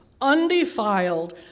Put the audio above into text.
undefiled